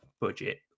budget